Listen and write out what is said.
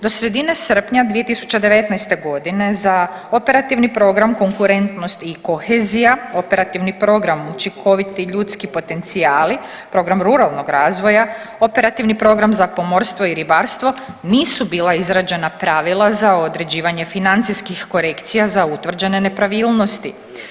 Do sredine srpnja 2019. godine za operativni program konkurentnost i kohezija, operativni program učinkoviti ljudski potencijali, program ruralnog razvoja, operativni program za pomorstvo i ribarstvo nisu bila izrađena pravila za određivanje financijskih korekcija za utvrđene nepravilnosti.